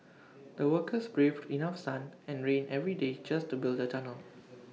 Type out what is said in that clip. the workers braved enough sun and rain every day just to build the tunnel